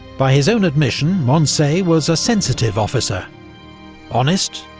by his own admission, moncey was a sensitive officer honest,